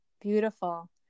Beautiful